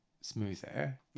smoother